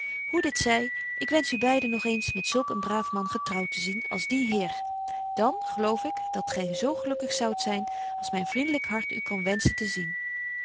hoe dit zy ik wensch u beiden nog eens met zulk een braaf man getrouwt te zien als dien heer dan geloof ik dat gy zo gelukkig zoudt zyn als myn vriendlyk hart u kan wenschen te zien